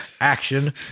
action